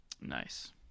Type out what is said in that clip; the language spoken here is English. Nice